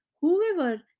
Whoever